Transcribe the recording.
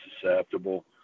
susceptible